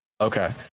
okay